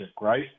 right